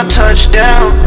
touchdown